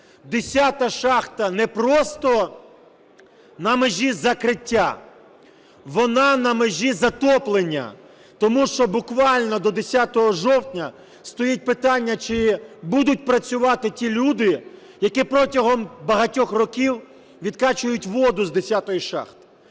зараз шахта №10 просто на межі закриття, вона на межі затоплення. Тому що буквально до 10 жовтня стоїть питання, чи будуть працювати ті люди, які протягом багатьох років відкачують воду з шахти